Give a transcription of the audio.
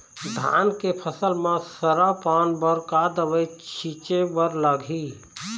धान के फसल म सरा पान बर का दवई छीचे बर लागिही?